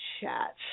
chat